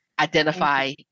identify